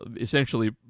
essentially